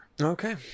Okay